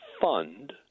fund